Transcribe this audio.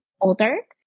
older